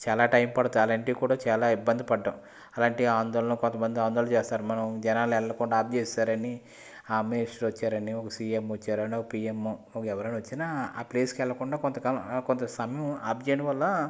చాలా టైం పడుతుంది అలాంటివి కూడా చాలా ఇబ్బంది పడడం అలాంటి ఆందోళన కొంతమంది ఆందోళన చేస్తారు మనం జనాల్ని వెళ్ళకుండా ఆప్జేసారని మినిస్టర్ వచ్చారనో సీఎం వచ్చారనో పియమ్ము ఎవరైనా వచ్చినా ఆ ప్లేస్కి వెళ్ళకుండా కొంత కాలం కొంత సమయం ఆప్యజపుచేయడం వల్ల